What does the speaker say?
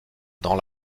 dans